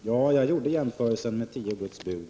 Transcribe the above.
Fru talman! Ja, jag jämförde med tio Guds bud.